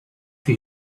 for